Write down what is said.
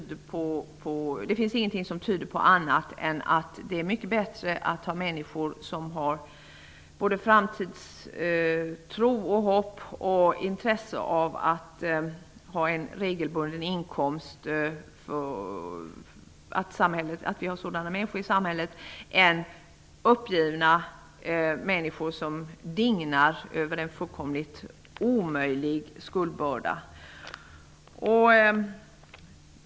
Det finns ingenting som tyder på annat än att det är mycket bättre för samhället att ha människor som har framtidstro, hopp och intresse av en regelbunden inkomst än att ha uppgivna människor som dignar under en alldeles omöjlig skuldbörda.